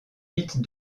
vite